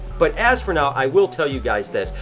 but as for now, i will tell you guys this,